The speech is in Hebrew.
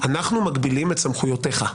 אנחנו מגבילים את סמכויותיך,